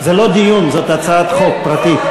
זה לא דיון, זאת הצעת חוק פרטית.